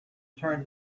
turn